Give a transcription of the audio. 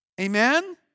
Amen